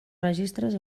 registres